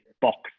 box